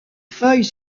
feuilles